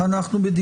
שלום לכולם,